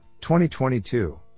2022